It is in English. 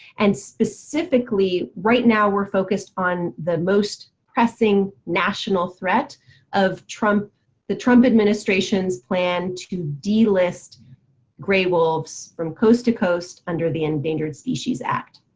and specifically right now, we're focused on the most pressing national threat of the trump administration's plan to delist gray wolves from coast to coast under the endangered species act.